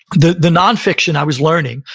the the nonfiction i was learning,